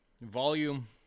volume